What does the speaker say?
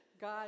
God